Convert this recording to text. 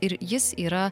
ir jis yra